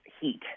heat